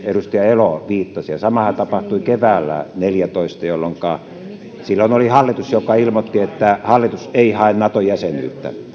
edustaja elo viittasi ja samahan tapahtui keväällä neljätoista jolloin oli hallitus joka ilmoitti että hallitus ei hae nato jäsenyyttä